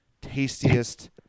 tastiest